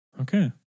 Okay